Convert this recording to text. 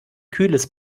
kühles